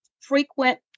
frequent